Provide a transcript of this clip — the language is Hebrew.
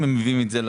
אני רוצה לשמוע את זה.